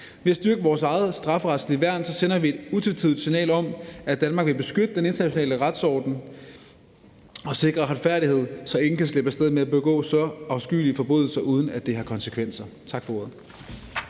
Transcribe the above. Ved at styrke vores eget strafferetlige værn, sender vi et utvetydigt signal om, at Danmark vil beskytte den internationale retsorden og sikre retfærdighed, så ingen kan slippe af sted med at begå så afskyelige forbrydelser, uden at det har konsekvenser. Tak for ordet.